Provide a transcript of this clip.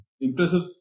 impressive